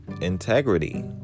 integrity